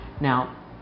Now